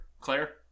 Claire